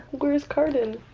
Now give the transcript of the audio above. where is cardan?